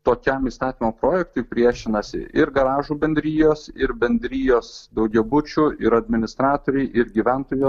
tokiam įstatymo projektui priešinasi ir garažų bendrijos ir bendrijos daugiabučių ir administratoriai ir gyventojų